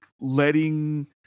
letting